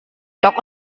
toko